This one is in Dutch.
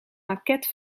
maquette